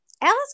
Alice